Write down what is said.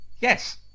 yes